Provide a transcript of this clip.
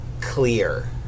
clear